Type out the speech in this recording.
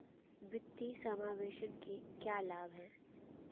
वित्तीय समावेशन के क्या लाभ हैं?